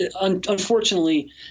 unfortunately